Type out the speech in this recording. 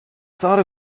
thought